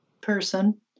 person